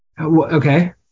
Okay